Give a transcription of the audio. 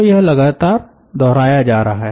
तो यह लगातार दोहराया जा रहा है